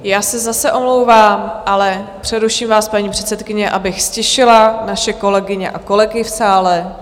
Já se zase omlouvám, ale přeruším vás, paní předsedkyně, abych ztišila naše kolegyně a kolegy v sále.